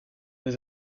les